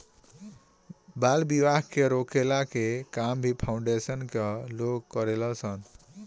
बाल विवाह के रोकला के काम भी फाउंडेशन कअ लोग करेलन सन